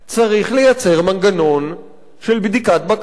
צריך לייצר מנגנון של בדיקת בקשות.